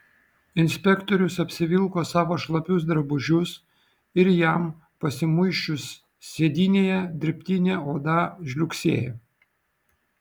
inspektorius apsivilko savo šlapius drabužius ir jam pasimuisčius sėdynėje dirbtinė oda žliugsėjo